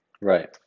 Right